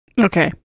Okay